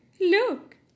Look